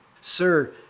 Sir